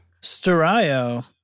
Stereo